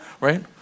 right